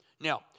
Now